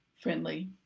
friendly